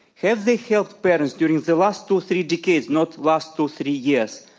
have they helped parents during the last two, three decades, not last two, three years,